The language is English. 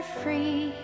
free